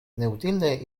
neutile